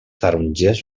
tarongers